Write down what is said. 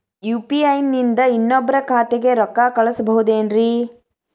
UPI ನಿಂದ ಇನ್ನೊಬ್ರ ಖಾತೆಗೆ ರೊಕ್ಕ ಕಳ್ಸಬಹುದೇನ್ರಿ?